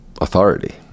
authority